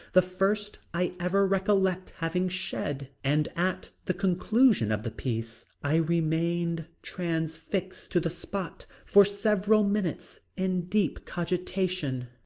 the first i ever recollect having shed, and at the conclusion of the piece i remained transfixed to the spot for several minutes in deep cogitation.